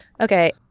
Okay